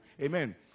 amen